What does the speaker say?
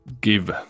give